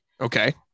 Okay